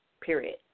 period